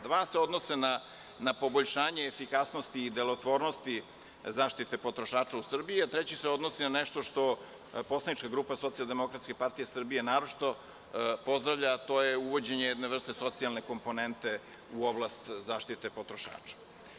Dva se odnose na poboljšanje efikasnosti i delotvornosti zaštite potrošača u Srbiji, a treći se odnosi na nešto što poslanička grupa SDPS naročito pozdravlja, a to je uvođenje jedne vrste socijalne komponente u oblast zaštite potrošača.